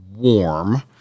warm